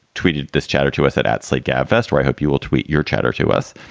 tweeted this chatter to us at at slate gab fest, where i hope you will tweet your chatter to us.